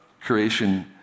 creation